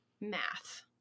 math